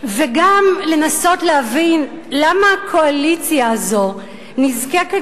וגם לנסות להבין למה הקואליציה הזו נזקקת